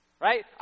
Right